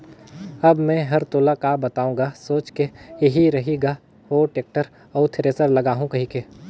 अब मे हर तोला का बताओ गा सोच के एही रही ग हो टेक्टर अउ थेरेसर लागहूँ कहिके